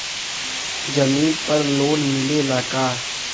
जमीन पर लोन मिलेला का?